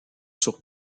sur